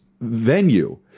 venue